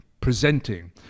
presenting